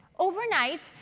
overnight,